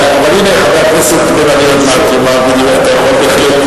הנה, חבר הכנסת בן-ארי יאמר עוד מעט.